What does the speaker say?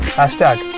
Hashtag